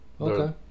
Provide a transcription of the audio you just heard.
Okay